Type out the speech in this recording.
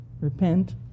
Repent